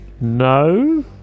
no